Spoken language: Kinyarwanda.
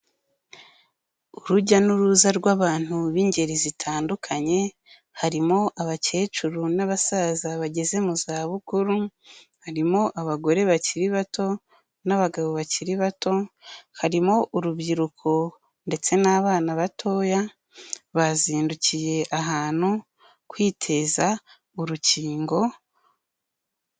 Urujya n'uruza rw'abantu b'ingeri zitandukanye, harimo abakecuru n'abasaza bageze mu zabukuru, harimo abagore bakiri bato n'abagabo bakiri bato, harimo urubyiruko ndetse n'abana batoya, bazindukiye ahantu kwiteza urukingo.